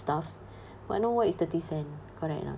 stuffs but now what is thirty cent correct or not